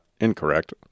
incorrect